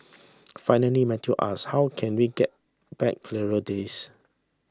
finally Matthew ask how can we get back clearer days